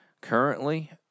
Currently